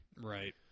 Right